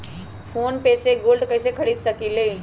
Phone पे से gold कईसे खरीद सकीले?